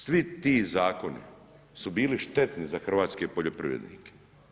Svi ti zakoni su bili štetni za hrvatske poljoprivrednike.